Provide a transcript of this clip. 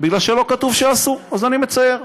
בגלל שלא כתוב שאסור, אז אני מצייר.